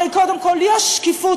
הרי קודם כול יש היום שקיפות,